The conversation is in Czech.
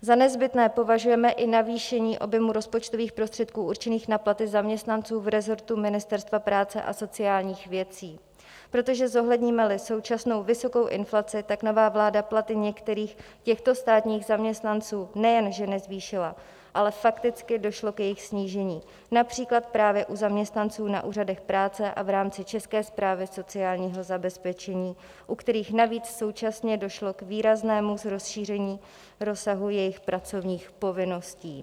Za nezbytné považujeme i navýšení objemu rozpočtových prostředků určených na platy zaměstnanců v resortu Ministerstva práce a sociálních věcí, protože zohlednímeli současnou vysokou inflaci, nová vláda platy některých těchto státních zaměstnanců nejenže nezvýšila, ale fakticky došlo k jejich snížení, například právě u zaměstnanců na úřadech práce a v rámci České správy sociálního zabezpečení, u kterých navíc současně došlo k výraznému rozšíření rozsahu jejich pracovních povinností.